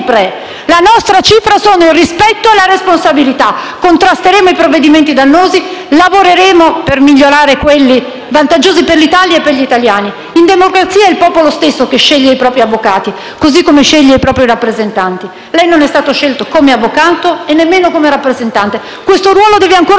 nostra cifra sono il rispetto e la responsabilità. Contrasteremo i provvedimenti dannosi; lavoreremo per migliorare quelli vantaggiosi per l'Italia e gli italiani. In democrazia è il popolo stesso che sceglie i propri avvocati, così come sceglie i propri rappresentanti. Lei non è stato scelto come avvocato e nemmeno come rappresentante. Questo ruolo deve ancora conquistarselo